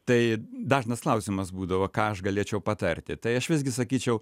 tai dažnas klausimas būdavo ką aš galėčiau patarti tai aš visgi sakyčiau